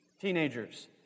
teenagers